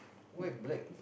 why black